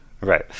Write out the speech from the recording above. Right